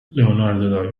leonardo